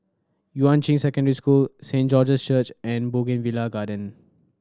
Yuan Ching Secondary School Saint George's Church and Bougainvillea Garden